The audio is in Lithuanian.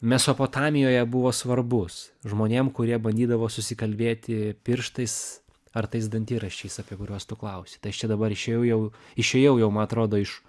mesopotamijoje buvo svarbus žmonėm kurie bandydavo susikalbėti pirštais ar tais dantiraštiais apie kuriuos tu klausi tai aš čia dabar išėjau jau išėjau jau man atrodo iš